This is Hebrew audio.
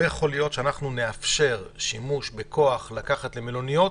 לא יכול להיות שאנחנו נאפשר שימוש בכוח כדי לקחת אנשים למלוניות,